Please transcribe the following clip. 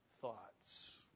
thoughts